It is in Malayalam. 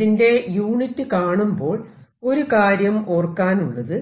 ഇതിന്റെ യൂണിറ്റ് കാണുമ്പോൾ ഒരു കാര്യം ഓർക്കാനുള്ളത്